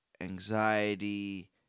anxiety